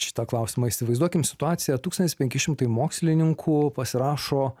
šitą klausimą įsivaizduokim situaciją tūkstantis penki šimtai mokslininkų pasirašo